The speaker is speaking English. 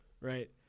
Right